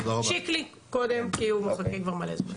שיקלי קודם, כי הוא מחכה כבר מלא זמן.